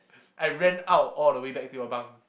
I ran out all the way that back to your bunk